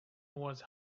was